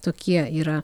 tokie yra